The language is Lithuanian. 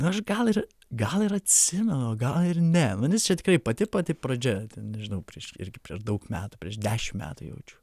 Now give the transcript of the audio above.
nu aš gal ir gal ir atsimenu o gal ir ne nu nes čia tikrai pati pati pradžia ten žinau prieš irgi prieš daug metų prieš dešimt metų jaučiu